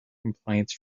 complaints